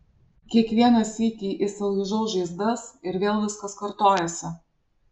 kiekvieną sykį išsilaižau žaizdas ir vėl viskas kartojasi